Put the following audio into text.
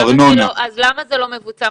אם כן, למה זה לא מבוצע?